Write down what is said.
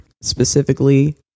specifically